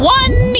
one